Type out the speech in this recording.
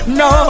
no